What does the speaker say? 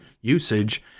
usage